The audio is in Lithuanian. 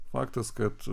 faktas kad